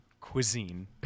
cuisine